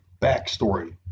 backstory